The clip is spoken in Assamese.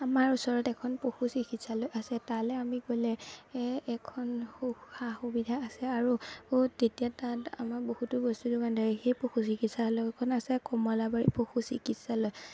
আমাৰ ওচৰত এখন পশু চিকিৎসালয় আছে তালৈ আমি গ'লে এ এখন সু সা সুবিধা আছে আৰু তেতিয়া তাত আমাৰ বহুতো বস্তুৰ যোগান ধৰে সেই পশু চিকিৎসালয়খন আছে কমলাবাৰী পশু চিকিৎসালয়